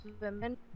women